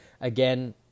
Again